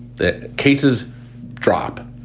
the cases drop.